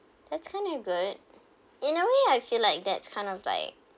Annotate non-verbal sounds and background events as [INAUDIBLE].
that's kind of good [BREATH] in a way I feel like that's kind of like